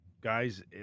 guys